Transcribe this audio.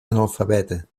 analfabeta